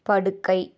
படுக்கை